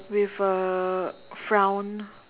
with a frown